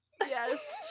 yes